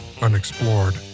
unexplored